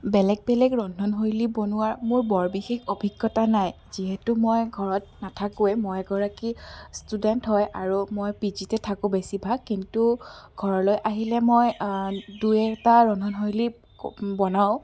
বেলেগ বেলেগ ৰন্ধন শৈলী বনোৱাৰ মোৰ বৰ বিশেষ অভিজ্ঞতা নাই যিহেতু মই ঘৰত নাথাকোঁৱেই মই এগৰাকী ষ্টুডেণ্ট হয় আৰু মই পিজিতে থাকোঁ বেছিভাগ কিন্তু ঘৰলৈ আহিলে মই দুই এটা ৰন্ধন শৈলী বনাওঁ